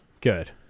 Good